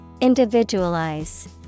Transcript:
Individualize